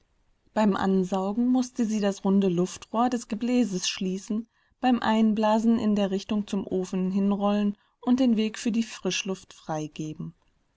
beim ansaugen mußte sie das runde luftrohr des gebläses schließen beim einblasen in der richtung zum ofen hinrollen und den weg für die frischluft freigeben